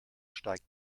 steigt